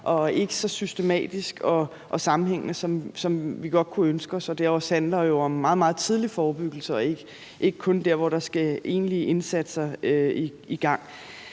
og ikke så systematisk og sammenhængende, som vi godt kunne ønske os, og det handler også om meget tidlig forebyggelse og ikke kun om der, hvor der skal sættes egentlige indsatser i gang.